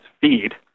feed